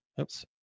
oops